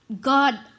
God